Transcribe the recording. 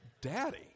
Daddy